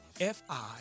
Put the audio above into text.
F-I